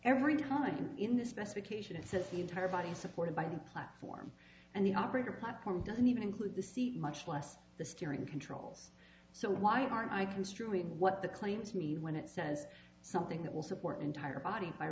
every time in the specification it says the entire body is supported by the platform and the operator platform doesn't even include the seat much less the steering controls so why aren't i construed what the claim to me when it says something that will support an entire body by